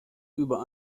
über